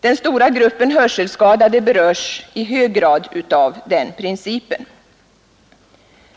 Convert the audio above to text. Den stora gruppen hörselskadade berörs i hög grad av den principen.